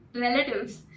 relatives